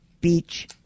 Beach